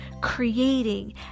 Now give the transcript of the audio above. creating